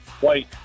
White